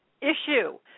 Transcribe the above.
issue